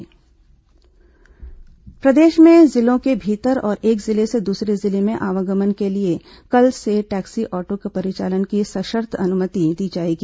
auto taxi आवागमन प्रदेश में जिलों के भीतर और एक जिले से दूसरे जिले में आवागमन के लिए कल से टैक्सी ऑटो के परिचालन की सशर्त अनुमति दी जाएगी